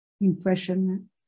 impression